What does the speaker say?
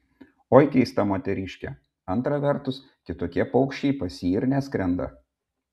oi keista moteriškė antra vertus kitokie paukščiai pas jį ir neskrenda